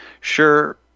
sure